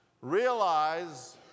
Realize